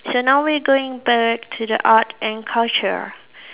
so now we going back to the art and culture